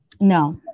no